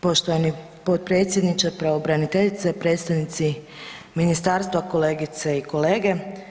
Poštovani potpredsjedniče, pravobraniteljice, predstavnici ministarstva, kolegice i kolege.